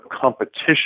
competition